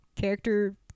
character